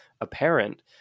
apparent